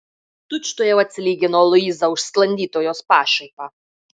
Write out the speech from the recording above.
tučtuojau atsilygino luiza už sklandytojos pašaipą